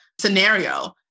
scenario